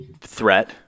threat